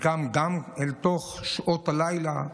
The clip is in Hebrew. חלקם גם אל תוך שעות הלילה,